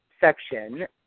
section